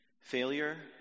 Failure